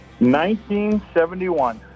1971